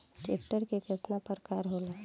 Tractor के केतना प्रकार होला?